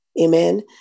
Amen